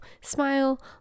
smile